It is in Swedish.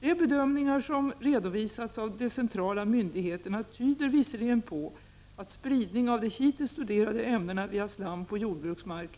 De bedömningar som redovisats av de centrala myndigheterna tyder visserligen på att spridning av de hittills studerade ämnena via slam på jordbruksmark